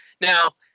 Now